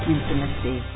Intimacy